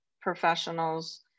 professionals